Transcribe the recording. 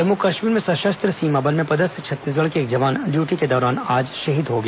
जम्मु कश्मीर में सशस्त्र सीमा बल में पदस्थ छत्तीसगढ़ के एक जवान डयूटी के दौरान शहीद हो गया